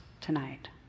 tonight